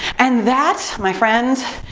and that, my friends,